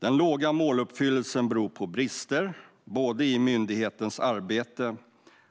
Den låga måluppfyllelsen beror på brister, både i myndighetens arbete